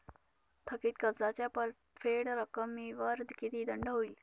थकीत कर्जाच्या परतफेड रकमेवर किती दंड होईल?